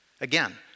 Again